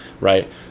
right